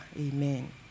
Amen